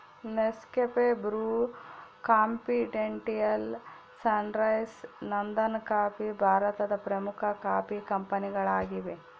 Nescafe, Bru, Continental, Sunrise, ನಂದನಕಾಫಿ ಭಾರತದ ಪ್ರಮುಖ ಕಾಫಿ ಕಂಪನಿಗಳಾಗಿವೆ